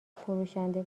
فروشنده